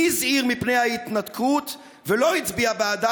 מי הזהיר מפני ההתנתקות ולא הצביע בעדה